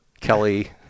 Kelly